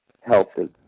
Healthy